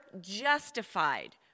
justified